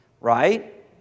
Right